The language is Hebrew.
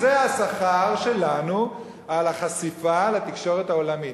זה השכר שלנו על החשיפה לתקשורת העולמית.